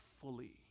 fully